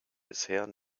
bisher